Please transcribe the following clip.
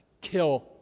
Kill